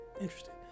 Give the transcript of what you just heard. Interesting